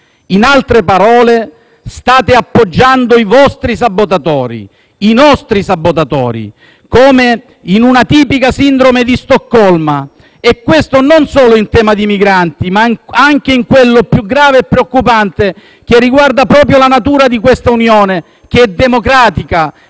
In altre parole, state appoggiando i vostri sabotatori, i nostri sabotatori, come in una tipica sindrome di Stoccolma. E questo non solo in tema di migranti, ma anche in quello più grave e preoccupante che riguarda proprio la natura di questa Unione, che è democratica,